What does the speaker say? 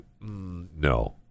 no